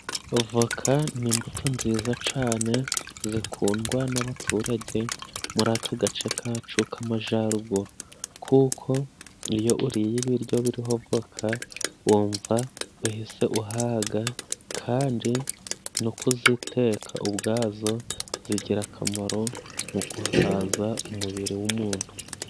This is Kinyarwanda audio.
Avoka ni imbuto nziza cyane zikundwa n'abaturage muri aka gace kacu k'amajyaruguru. Kuko iyo uriye ibiryo biriho avoka wumva uhise uhaga, kandi no kuziteka ubwazo zigira akamaro mu guhaza umubiri w'umuntu.